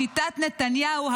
לשיטת נתניהו,